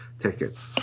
tickets